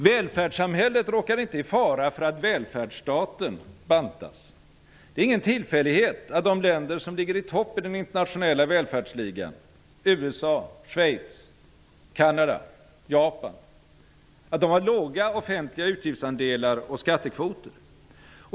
Välfärdssamhället råkar inte i fara för att välfärdsstaten bantas. Det är ingen tillfällighet att de länder som ligger i topp i den internationella välfärdsligan -- USA, Schweiz, Kanada, Japan -- har låga offentliga utgiftsandelar och skattekvoter.